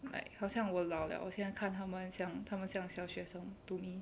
like 好像我老了我现在看他们像他们像小学生 to me